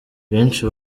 benshi